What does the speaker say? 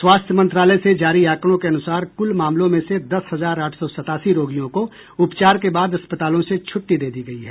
स्वास्थ्य मंत्रालय से जारी आंकड़ों के अनुसार कुल मामलों में से दस हजार आठ सौ सतासी रोगियों को उपचार के बाद अस्पतालों से छुट्टी दे दी गई हैं